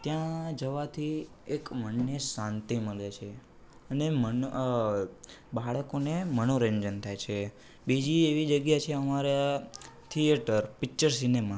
ત્યાં જવાથી એક મનને શાંતી મળે છે અને મન બાળકોને મનોરંજન થાય છે બીજી એવી જગ્યા છે અમારા થિએટર પિચર સિનેમા